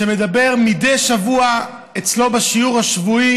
שמדבר מדי שבוע אצלו בשיעור השבועי